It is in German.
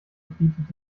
bietet